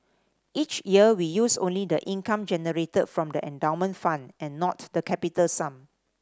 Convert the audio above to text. each year we use only the income generated from the endowment fund and not the capital sum